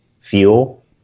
fuel